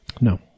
No